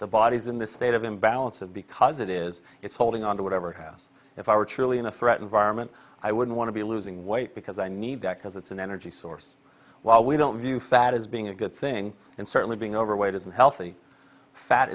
the body's in this state of imbalance and because it is it's holding on to whatever happens if i were truly in a threat environment i wouldn't want to be losing weight because i need that because it's an energy source while we don't view fat as being a good thing and certainly being overweight is unhealthy fat